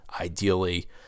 ideally